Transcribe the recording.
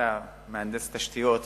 ואתה כמהנדס תשתיות יודע,